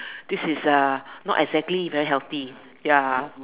this is not exactly very healthy ya